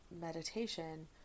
meditation